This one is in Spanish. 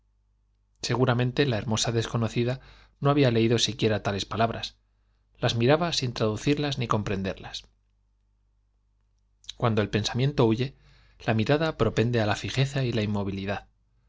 seguramente la hermosa desconocida no había leído siquiera tales palabras las miraba sin traducirlas ni comprenderlas cuando el pensamiento huye la mirada propende á la jeza y la inmovilidad